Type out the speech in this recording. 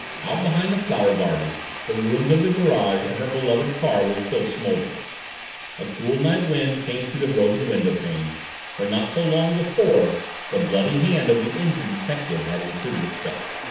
out behind the flower garden the ruins of the garage and her beloved car were still smoldering a cool night wind came through the broken windowpane where not so long before the bloody hand of the injured detective had intruded itself.